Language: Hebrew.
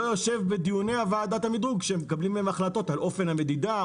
הוא לא יושב בדיוני ועדת המדרוג שמקבלים בהם החלטות על אופן המדידה,